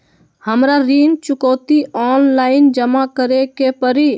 हमरा ऋण चुकौती ऑनलाइन जमा करे के परी?